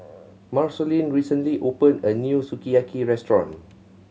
Marceline recently opened a new Sukiyaki Restaurant